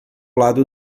lado